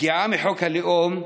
הפגיעה מחוק הלאום,